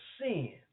sin